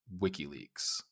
WikiLeaks